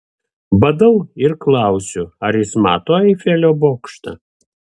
badau ir klausiu ar jis mato eifelio bokštą